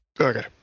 Okay